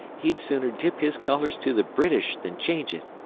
he'd sooner dip his colours to the british than change it.